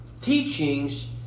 teachings